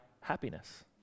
happiness